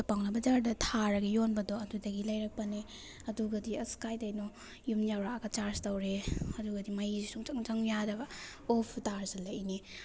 ꯑꯗꯨ ꯄꯥꯎꯅꯥ ꯕꯖꯥꯔꯗ ꯊꯥꯔꯒ ꯌꯣꯟꯕꯗꯣ ꯑꯗꯨꯗꯒꯤ ꯂꯩꯔꯛꯄꯅꯦ ꯑꯗꯨꯒꯗꯤ ꯑꯁ ꯀꯥꯏꯗꯩꯅꯣ ꯌꯨꯝ ꯌꯧꯔꯛꯑꯒ ꯆꯥꯔꯖ ꯇꯧꯔꯦ ꯑꯗꯨꯒꯗꯤ ꯃꯩꯁꯤ ꯁꯨꯡꯆꯪ ꯆꯪꯉꯨ ꯌꯥꯗꯕ ꯑꯣꯐ ꯇꯥꯁꯜꯂꯛꯏꯅꯦ